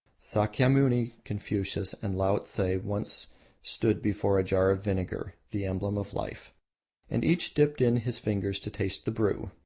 sakyamuni, confucius, and laotse once stood before jar of vinegar the emblem of life and each dipped in his finger to taste the brew.